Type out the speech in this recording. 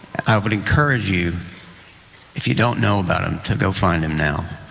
i would encourage you if you don't know about him to go find him now